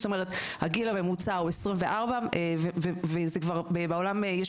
זאת אומרת הגיל הממוצע הוא 24 וזה כבר בעולם יש